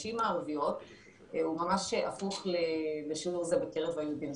הנשים הערביות הוא ממש הפוך למה שקרה בקרב היהודים.